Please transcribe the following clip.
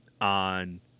on